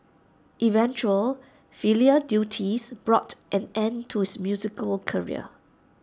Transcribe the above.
eventual filial duties brought an end to his musical career